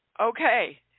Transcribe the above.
Okay